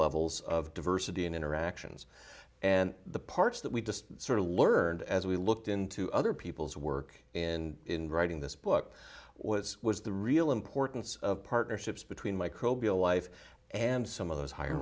levels of diversity and interactions and the parts that we just sort of learned as we looked into other people's work and in writing this book was was the real importance of partnerships between microbial life and some of those higher